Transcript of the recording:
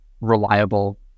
reliable